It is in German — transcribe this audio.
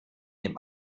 dem